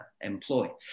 employ